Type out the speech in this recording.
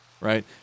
right